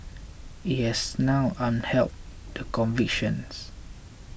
it has now upheld the convictions